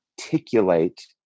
articulate